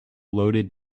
loaded